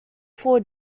four